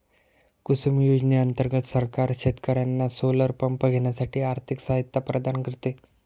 कुसुम योजने अंतर्गत सरकार शेतकर्यांना सोलर पंप घेण्यासाठी आर्थिक सहायता प्रदान करते